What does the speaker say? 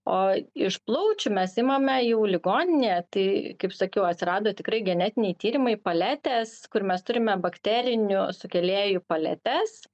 o iš plaučių mes imame jau ligoninėje tai kaip sakiau atsirado tikrai genetiniai tyrimai paletės kur mes turime bakterinių sukėlėjų paletes